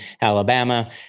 Alabama